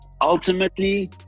Ultimately